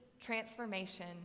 transformation